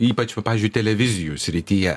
ypač va pavyzdžiui televizijų srityje